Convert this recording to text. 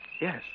Yes